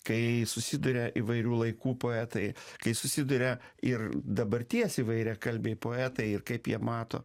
kai susiduria įvairių laikų poetai kai susiduria ir dabarties įvairiakalbiai poetai ir kaip jie mato